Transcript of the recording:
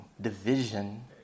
division